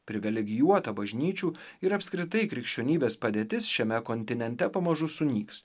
privilegijuota bažnyčių ir apskritai krikščionybės padėtis šiame kontinente pamažu sunyks